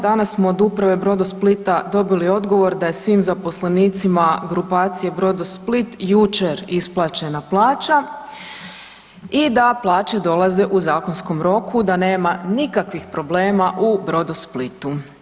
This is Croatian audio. Danas smo od uprave „Brodosplita“ dobili odgovor da je svim zaposlenicima grupacije „Brodosplit“ jučer isplaćena plaća i da plaće dolaze u zakonskom roku, da nema nikakvih problema u „Brodosplitu“